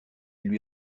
lui